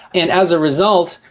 and as a result,